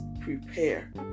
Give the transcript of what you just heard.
prepare